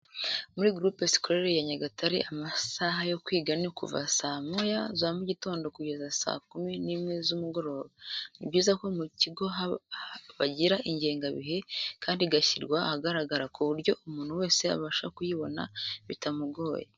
Muri gurupe sikorere ya Nyagatare amasaha yo kwiga ni ukuva saa moya za mu gitondo kugera saa kumi n'imwe z'umugoroba. Ni byiza ko mu kigo bagira ingenga bihe kandi igashyirwa ahagaragara kuburyo umuntu wese abasha kuyibona bitamugoye